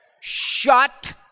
Shut